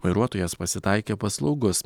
vairuotojas pasitaikė paslaugus